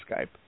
Skype